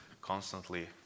constantly